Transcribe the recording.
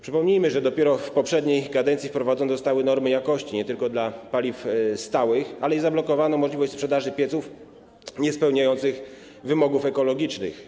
Przypomnijmy, że dopiero w poprzedniej kadencji wprowadzone zostały normy jakości, nie tylko dla paliw stałych, ale i zablokowano możliwość sprzedaży pieców niespełniających wymogów ekologicznych.